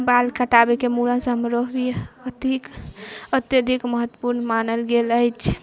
बाल कटाबैके मूरन समारोह भी अत्यधिक महत्वपूर्ण मानल गेल अछि